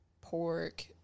pork